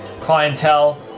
clientele